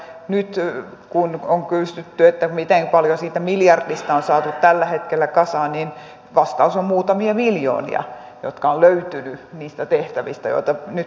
nyt kun on kysytty miten paljon siitä miljardista on saatu tällä hetkellä kasaan niin vastaus on muutamia miljoonia jotka ovat löytyneet niistä tehtävistä joita nyt pystyttäisiin vähentämään